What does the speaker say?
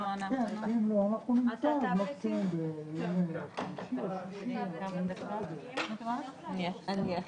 במקום "מפקח שמונה לפי סעיף 94 לחוק הטיס" יבוא "מפקח